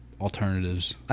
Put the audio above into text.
alternatives